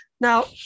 Now